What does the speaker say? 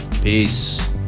peace